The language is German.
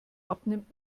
abnimmt